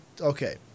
okay